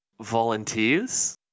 volunteers